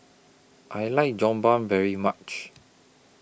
I like Jokbal very much